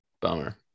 Bummer